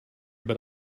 but